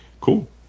Cool